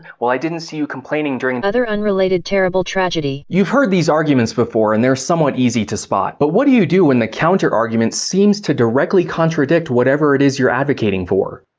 well i didn't see you complaining during and other unrelated terrible tragedy. you've heard these arguments before and they're somewhat easy to spot. but what do you do when the counterargument seems to directly contradict whatever it is you're advocating for,